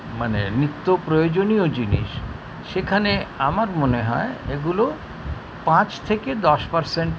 মানে নিত্য প্রয়োজনীয় জিনিস সেখানে আমার মনে হয় এগুলো পাঁচ থেকে দশ পার্সেন্ট